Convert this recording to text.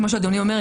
כמו שאדוני אומר,